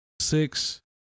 six